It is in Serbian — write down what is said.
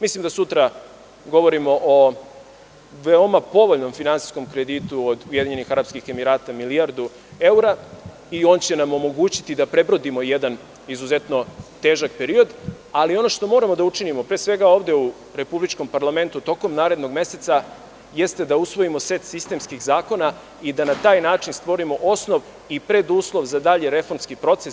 Mislim da sutra govorimo o veoma povoljnom finansijskom kreditu od UAE, milijardu evra i on će nam omogućiti da prebrodimo jedan izuzetno težak period, ali ono što moramo da učinimo, pre svega ovde u republičkom parlamentu tokom narednog meseca, jeste da usvojimo set sistemskih zakona i da na taj način stvorimo osnov i preduslov za dalji reformski proces.